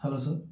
hello sir